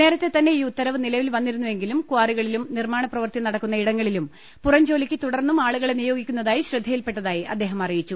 നേരത്തെ തന്നെ ഈ ഉത്തരവ് നിലവിൽ വന്നിരുന്നെങ്കിലും കാറി കളിലും നിർമ്മാണ പ്രവൃത്തി നടക്കുന്ന ഇടങ്ങളിലും പുറംജോ ലിക്ക് തുടർന്നും ആളുകളെ നിയോഗിക്കുന്നതായി ശ്രദ്ധ യിൽപ്പെട്ടതായി അദ്ദേഹം അറിയിച്ചു